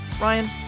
Ryan